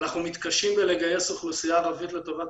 אנחנו מתקשים בלגייס אוכלוסייה ערבית לטובת